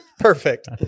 Perfect